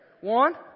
One